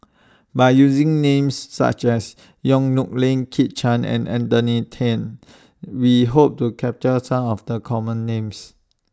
By using Names such as Yong Nyuk Lin Kit Chan and Anthony Then We Hope to capture Some of The Common Names